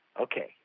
Okay